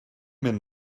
mynd